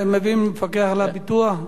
מביאים את המפקח על הביטוח.